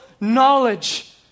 knowledge